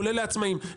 כולל לעצמאים.